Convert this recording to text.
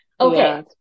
Okay